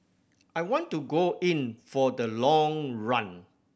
I want to go in for the long run